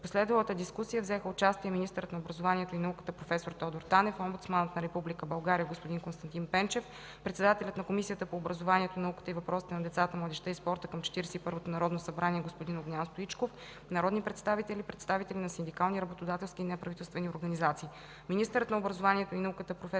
В последвалата дискусия взеха участие министърът на образованието и науката проф. Тодор Танев, омбудсманът на Република България господин Константин Пенчев, председателят на Комисията по образованието, науката и въпросите на децата, младежта и спорта към 41-то Народно събрание господин Огнян Стоичков, народни представители, представители на синдикални, работодателски и неправителствени организации.